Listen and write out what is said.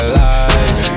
life